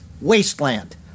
wasteland